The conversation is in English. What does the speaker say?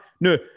No